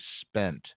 spent